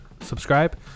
subscribe